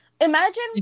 Imagine